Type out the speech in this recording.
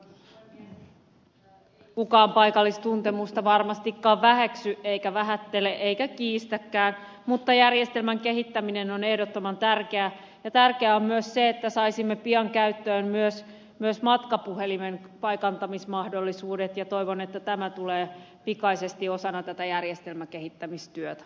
ei kukaan paikallistuntemusta varmastikaan väheksy eikä vähättele eikä kiistäkään mutta järjestelmän kehittäminen on ehdottoman tärkeää ja tärkeää on myös se että saisimme pian käyttöön myös matkapuhelimen paikantamismahdollisuudet ja toivon että tämä tulee pikaisesti osana tätä järjestelmän kehittämistyötä